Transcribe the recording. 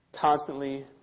constantly